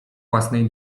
własnej